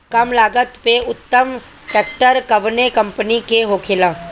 कम लागत में उत्तम ट्रैक्टर कउन कम्पनी के होखेला?